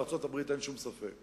בארצות-הברית אין שום ספק,